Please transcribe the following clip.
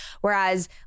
whereas